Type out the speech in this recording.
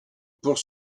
pour